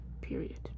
Period